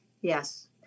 Yes